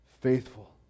faithful